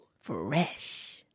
Fresh